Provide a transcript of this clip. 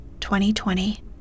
2020